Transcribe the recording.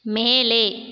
மேலே